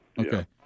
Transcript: okay